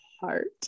heart